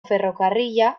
ferrokarrila